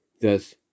Thus